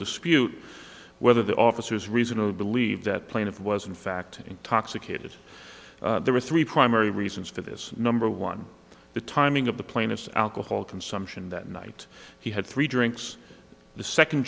dispute whether the officers reason to believe that plaintive was in fact intoxicated there were three primary reasons for this number one the timing of the plaintiff's alcohol consumption that night he had three drinks the second